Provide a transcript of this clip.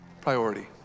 priority